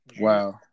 Wow